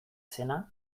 zena